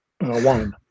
wine